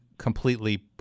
Completely